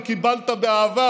וקיבלת באהבה,